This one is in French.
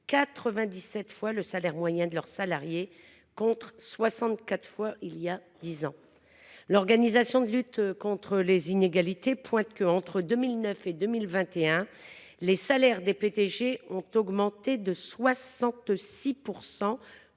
97 fois le salaire moyen de leurs salariés, contre 64 fois voilà dix ans. L’organisation de lutte contre les inégalités dénonce que, entre 2009 et 2021, les salaires des PDG ont augmenté de 66